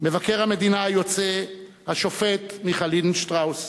מבקר המדינה היוצא השופט מיכה לינדנשטראוס,